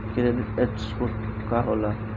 Credit score का होला?